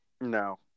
No